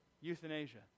euthanasia